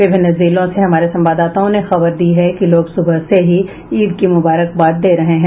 विभिन्न जिलों से हमारे संवाददाताओं ने खबर दी है कि लोग सुबह से ही ईद की मुबारकबाद दे रहे हैं